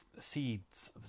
seeds